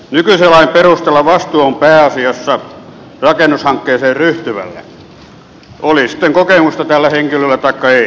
nykyisen lain perusteella vastuu on pääasiassa rakennushankkeeseen ryhtyvällä oli sitten kokemusta tällä henkilöllä taikka ei